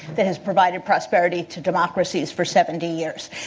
that has provided prosperity to democracies for seventy years.